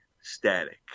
static